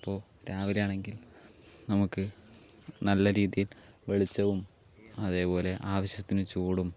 അപ്പോൾ രാവിലെ ആണെങ്കിൽ നമുക്ക് നല്ല രീതിയിൽ വെളിച്ചവും അതേപോലെ ആവശ്യത്തിന് ചൂടും